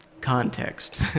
context